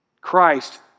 Christ